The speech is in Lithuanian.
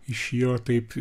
iš jo taip